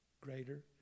greater